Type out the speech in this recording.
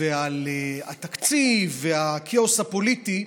ועל התקציב והכאוס הפוליטי.